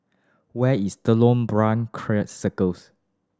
where is Telok Paku Circus